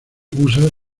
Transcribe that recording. usa